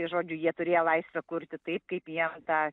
tai žodžiu jie turėjo laisvę kurti taip kaip jie ta